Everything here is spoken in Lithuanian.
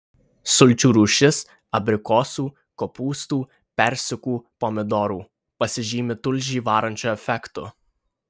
sulčių rūšis abrikosų kopūstų persikų pomidorų pasižymi tulžį varančiu efektu